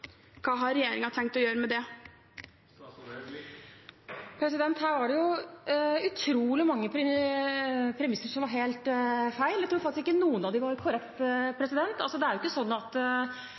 Hva har regjeringen tenkt å gjøre med det? Her var det utrolig mange premisser som var helt feil. Jeg tror faktisk ikke noen av dem var korrekte. Det er ikke sånn at